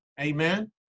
Amen